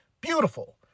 Beautiful